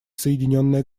соединенное